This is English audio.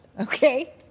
okay